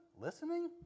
Listening